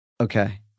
okay